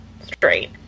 straight